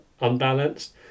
unbalanced